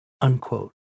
unquote